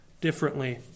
differently